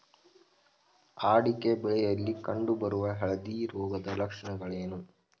ಅಡಿಕೆ ಬೆಳೆಯಲ್ಲಿ ಕಂಡು ಬರುವ ಹಳದಿ ರೋಗದ ಲಕ್ಷಣಗಳೇನು?